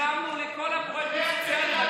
שילמנו על כל הפרויקטים הסוציאליים.